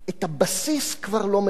את הבסיס כבר לא מלמדים.